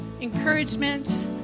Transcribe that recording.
encouragement